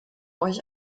euch